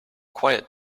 quiet